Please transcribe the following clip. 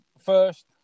first